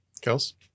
kills